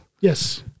yes